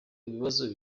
ikibazo